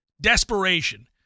desperation